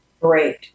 great